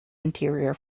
interior